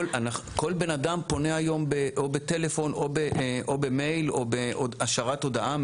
כל בן אדם פונה היום או בטלפון או במייל או השארת הודעה.